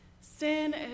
Sin